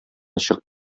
чыгып